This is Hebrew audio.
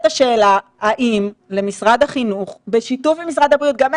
השאלה היא במה זה תלוי ואת לא